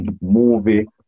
movie